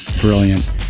brilliant